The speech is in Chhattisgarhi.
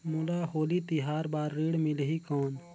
मोला होली तिहार बार ऋण मिलही कौन?